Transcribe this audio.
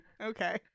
Okay